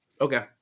Okay